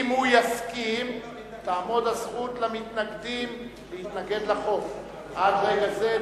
אם הוא יסכים, למתנגדים תעמוד הזכות להתנגד לחוק.